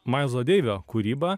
mailzo deivio kūryba